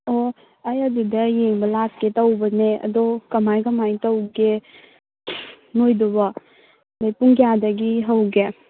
ꯑꯣ ꯑꯩ ꯑꯗꯨꯗ ꯌꯦꯡꯕ ꯂꯥꯛꯀꯦ ꯇꯧꯕꯅꯦ ꯑꯗꯣ ꯀꯃꯥꯏ ꯀꯃꯥꯏꯅ ꯇꯧꯒꯦ ꯅꯣꯏꯗꯨꯕꯣ ꯄꯨꯡ ꯀꯌꯥꯗꯒꯤ ꯍꯧꯒꯦ